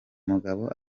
mugabo